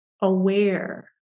aware